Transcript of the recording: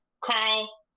Carl